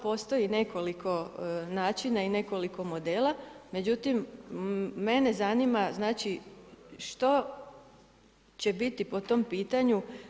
Postoji nekoliko načina i nekoliko modela, međutim, mene zanima, znači što će biti po tom pitanju.